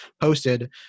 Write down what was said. posted